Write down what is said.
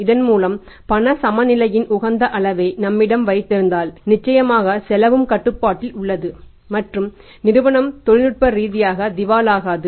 இதன்மூலம் பண சமநிலையின் உகந்த அளவை நம்மிடம் வைத்திருந்தால் நிச்சயமாக செலவும் கட்டுப்பாட்டில் உள்ளது மற்றும் நிறுவனம் தொழில்நுட்ப ரீதியாக திவாலாகது